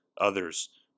others